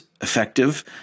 effective